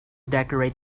decorate